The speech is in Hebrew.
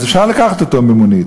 אז אפשר לקחת אותו במונית.